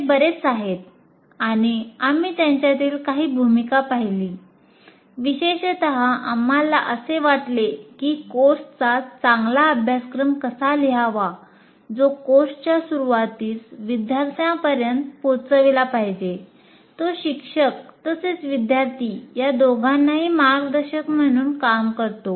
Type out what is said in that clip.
ते बरेच आहेत आणि आम्ही त्यांच्यातील काही भूमिका पाहिली विशेषतः आम्हाला असे वाटते की कोर्सचा चांगला अभ्यासक्रम कसा लिहावा जो कोर्सच्या सुरूवातीसच विद्यार्थ्यांपर्यंत पोहोचविला पाहिजे जो शिक्षक तसेच विद्यार्थी या दोघांनाही मार्गदर्शक म्हणून काम करतो